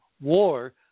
war